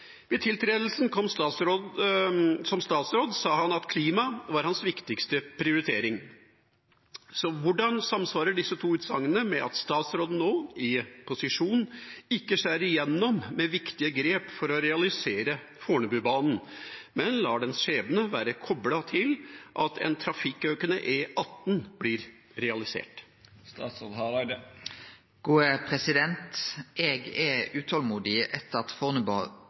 Ved tiltredelsen som statsråd sa han at klima var hans viktigste prioritering. Hvordan samsvarer disse to utsagnene med at statsråden nå, i posisjon, ikke skjærer igjennom med viktige grep for å realisere Fornebubanen, men lar dens skjebne være koplet til at en trafikkøkende E18 blir realisert?»